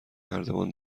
نردبان